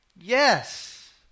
Yes